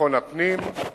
וביטחון הפנים.